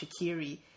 Shakiri